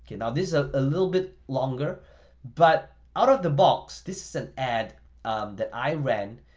you know this is a ah little bit longer but out of the box, this is an ad that i ran,